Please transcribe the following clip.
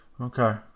Okay